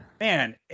Man